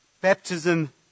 baptism